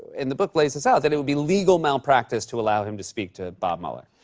and the book lays this out that it would be legal malpractice to allow him to speak to bob mueller.